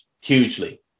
hugely